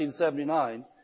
1979